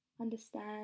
understand